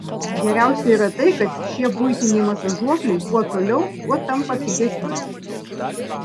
geriausia yra tai kad šie buitiniai masažuokliai kuo toliau tuo tampa pigesni